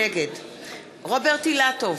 נגד רוברט אילטוב,